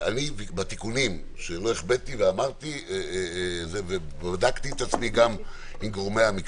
בתיקונים שלא החבאתי ובדקתי את עצמי גם עם גורמי המקצוע,